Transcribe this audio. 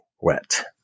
wet